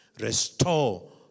Restore